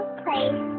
place